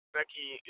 Becky